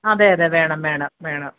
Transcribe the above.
അതെ അതെ വേണം വേണം വേണം